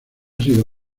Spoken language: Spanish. sido